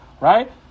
right